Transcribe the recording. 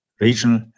regional